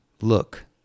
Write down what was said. Look